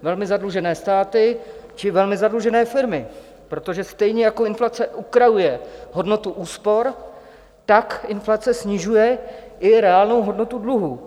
Velmi zadlužené státy či velmi zadlužené firmy, protože stejně jako inflace ukrajuje hodnotu úspor, tak inflace snižuje i reálnou hodnotu dluhů.